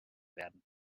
werden